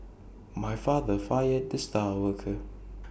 my father fired the star worker